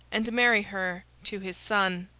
and marry her to his son.